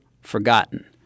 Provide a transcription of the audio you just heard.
forgotten